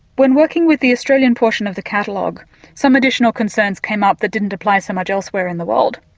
when working with the australian portion of the catalogue some additional concerns came up that didn't apply so much elsewhere in the world.